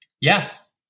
Yes